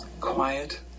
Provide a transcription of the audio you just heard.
Quiet